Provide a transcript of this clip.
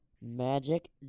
Magic